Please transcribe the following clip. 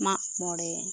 ᱢᱟᱜ ᱢᱚᱬᱮ